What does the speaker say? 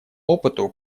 опыту